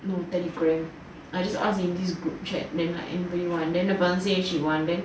no Telegram I just asked in this group chat then like anybody want then the person say she want then